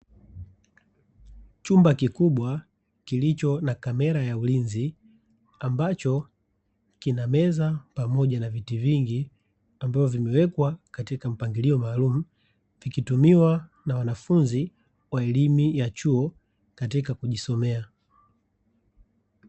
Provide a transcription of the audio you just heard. Chumba kikubwa kilicho na kamera ya ulinzi ambacho kina meza pamoja na viti vingi, ambavyo vimewekwa katika mpangilio maalumu vikitumiwa na wanafunzi wa elimu ya chuo katika kujisomea.